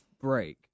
break